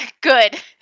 Good